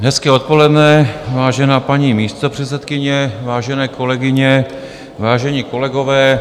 Hezké odpoledne, vážená paní místopředsedkyně, vážené kolegyně, vážení kolegové.